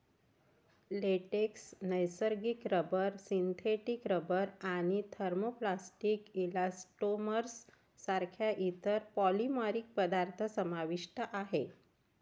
latex, नैसर्गिक rubber, synthetic rubber आणि thermoplastic elastomers सारख्या इतर पॉलिमरिक पदार्थ समावेश आहे